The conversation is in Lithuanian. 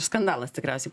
skandalas tikriausiai